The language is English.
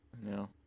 No